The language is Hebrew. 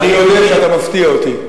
אני אודה שאתה מפתיע אותי.